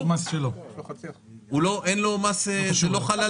ההעלאה הזאת לא חלה עליו?